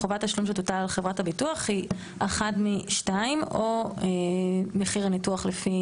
החובה תשלום שתוטל על חברת הביטוח היא אחת משתיים: או מחיר הניתוח לפי